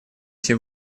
эти